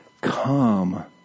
Come